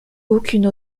aucune